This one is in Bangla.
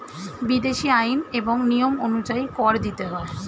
বিদেশী আইন এবং নিয়ম অনুযায়ী কর দিতে হয়